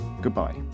Goodbye